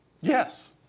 Yes